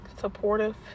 supportive